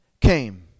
came